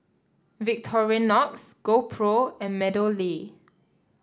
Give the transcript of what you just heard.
Victorinox GoPro and MeadowLea